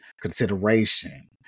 consideration